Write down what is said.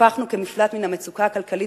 שטיפחנו כמפלט מן המצוקה הכלכלית